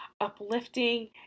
uplifting